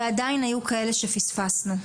ועדיין היו כאלה שפספסנו.